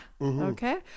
Okay